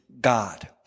God